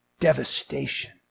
devastation